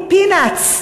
היא peanuts,